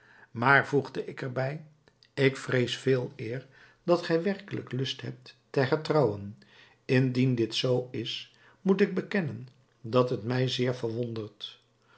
maar voegde ik er bij ik vrees veeleer dat gij werkelijk lust hebt te hertrouwen indien dit zoo is moet ik bekennen dat het mij zeer verwondert